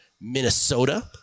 Minnesota